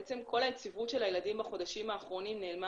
בעצם כל היציבות של הילדים בחודשים האחרונים נעלמה